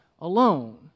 Alone